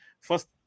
first